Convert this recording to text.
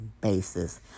basis